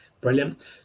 Brilliant